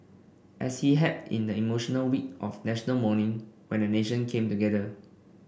as he had in the emotional week of National Mourning when a nation came together